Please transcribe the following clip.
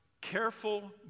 careful